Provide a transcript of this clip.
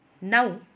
Now